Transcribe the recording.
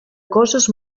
coses